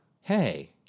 Hey